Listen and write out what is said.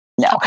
No